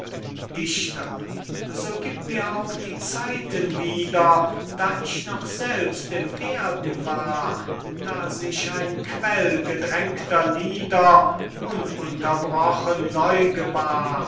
dichter so gieb mir auch die zeiten wieder da ich noch selbst im werden war da sich ein quell gedrängter lieder ununterbrochen neu gebar